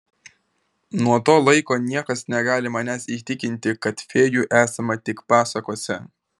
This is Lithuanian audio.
nuo to laiko niekas negali manęs įtikinti kad fėjų esama tik pasakose